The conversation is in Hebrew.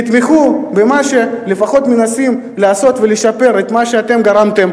תתמכו במה שלפחות מנסים לעשות ולשפר את מה שאתם גרמתם,